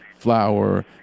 flour